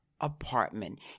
apartment